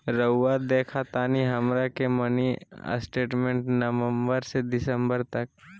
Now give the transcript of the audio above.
रहुआ देखतानी हमरा के मिनी स्टेटमेंट नवंबर से दिसंबर तक?